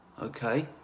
Okay